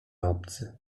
obcy